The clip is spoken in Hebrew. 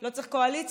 לא צריך קואליציה,